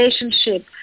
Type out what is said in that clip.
relationship